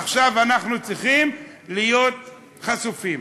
עכשיו, אנחנו צריכים להיות חשופים.